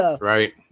Right